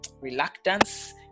reluctance